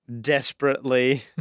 desperately